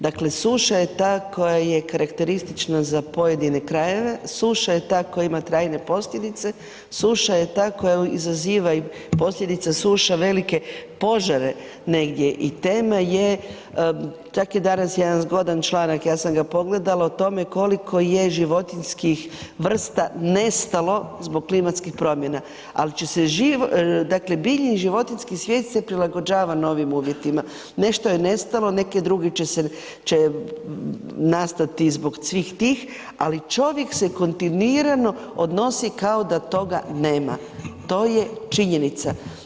Dakle, suša je ta koja je karakteristična za pojedine krajeve, suša je ta koja ima trajne posljedice, suša je ta koja izaziva i posljedice suša velike požare negdje i tema je, čak je danas jedan zgodan članak, ja sam ga pogledala, o tome koliko je životinjskih vrsta nestalo zbog klimatskih promjena, al će se živ, dakle, biljni i životinjski svijet se prilagođava novim uvjetima, nešto je nestalo, neki drugi će nastati zbog svih tih, ali čovjek se kontinuirano odnosi kao da toga nema, to je činjenica.